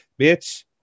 Bitch